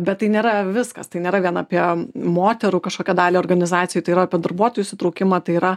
bet tai nėra viskas tai nėra vien apie moterų kažkokią dalį organizacijoj tai yra apie darbuotojų įsitraukimą tai yra